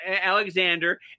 Alexander